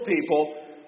people